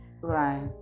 Right